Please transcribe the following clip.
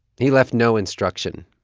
he left no instruction.